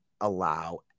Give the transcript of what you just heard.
allow